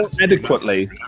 adequately